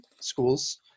schools